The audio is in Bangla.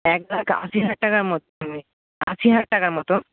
এক লাখ আশি হাজার টাকার মতো নেবে আশি হাজার টাকার মতো